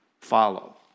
follow